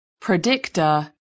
Predictor